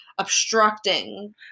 obstructing